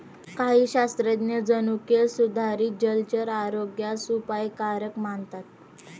काही शास्त्रज्ञ जनुकीय सुधारित जलचर आरोग्यास अपायकारक मानतात